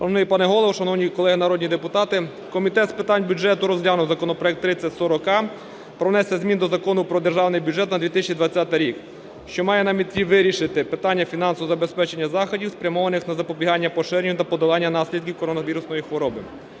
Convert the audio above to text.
Голово, шановні колеги народні депутати! Комітет з питань бюджету розглянув законопроект 3040а про внесення змін до Закону Про Державний бюджет на 2020 рік, що має на меті вирішити питання фінансового забезпечення заходів, спрямованих на запобігання поширенню та подолання наслідків коронавірусної хвороби.